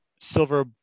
silver